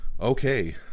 Okay